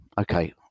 okay